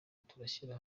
turashyira